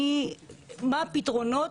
מה הפתרונות?